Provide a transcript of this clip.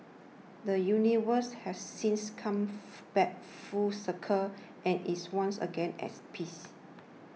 the universe has since come back full circle and is once again as peace